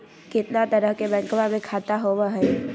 कितना तरह के बैंकवा में खाता होव हई?